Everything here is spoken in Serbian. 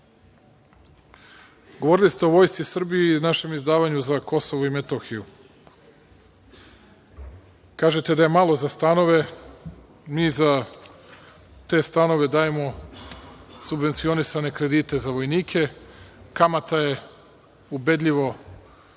kadra. Govorili ste o Vojsci Srbije i našem izdvajanju za KiM. Kažete da je malo za stanove. Mi za te stanove dajemo subvencionisane kredite za vojnike, kamata je ubedljivo najniža